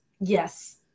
yes